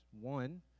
One